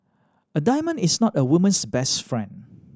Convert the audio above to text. a diamond is not a woman's best friend